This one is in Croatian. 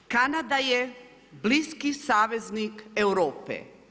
Kanada je bliski saveznik Europe.